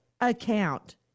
account